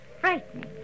frightening